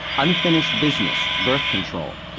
unfinished business birth control,